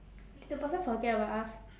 did the person forget about us